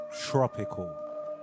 tropical